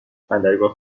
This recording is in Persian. بندرگاه